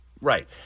Right